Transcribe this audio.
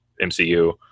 MCU